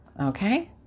okay